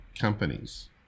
companies